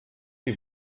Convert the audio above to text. die